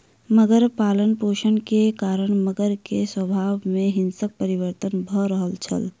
मगर पालनपोषण के कारण मगर के स्वभाव में हिंसक परिवर्तन भ रहल छल